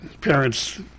parents